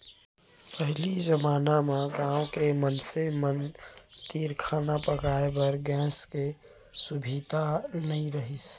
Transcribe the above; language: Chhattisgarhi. पहिली जमाना म गॉँव के मनसे मन तीर खाना पकाए बर गैस के सुभीता नइ रहिस